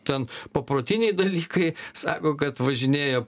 ten paprotiniai dalykai sako kad važinėja